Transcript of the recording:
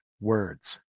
words